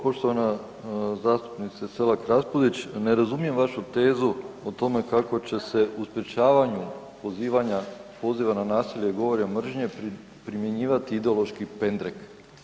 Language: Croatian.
Poštovana zastupnice Selak Raspudić, ne razumijem vašu tezu o tome kako će se u sprječavanju pozivanja, poziva na nasilje i govora mržnje primjenjivati ideološki pendrek.